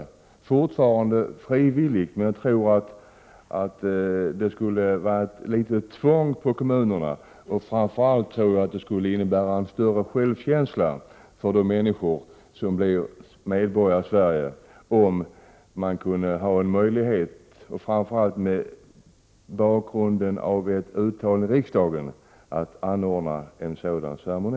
Det skulle fortfarande vara frivilligt, men jag tror att ett riksdagsuttalande skulle vara ett litet tryck på kommunerna. Framför allt tror jag att det skulle ge en större självkänsla hos de människor som blir medborgare i Sverige, om man mot bakgrund av ett uttalande av riksdagen hade möjlighet att anordna en sådan här ceremoni.